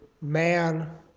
man